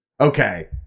Okay